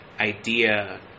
idea